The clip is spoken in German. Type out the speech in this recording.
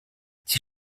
sie